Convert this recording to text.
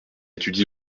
étudie